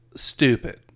Stupid